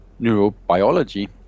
neurobiology